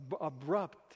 abrupt